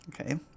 okay